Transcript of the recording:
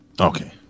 Okay